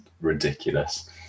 ridiculous